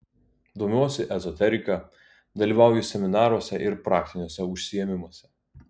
domiuosi ezoterika dalyvauju seminaruose ir praktiniuose užsiėmimuose